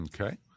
Okay